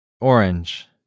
Orange